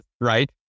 right